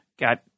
got